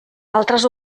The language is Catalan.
altres